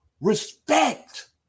respect